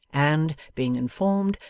and, being informed,